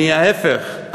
ההפך,